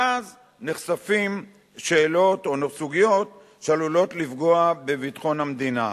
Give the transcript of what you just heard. ואז נחשפות שאלות או סוגיות שעלולות לפגוע בביטחון המדינה.